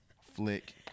Flick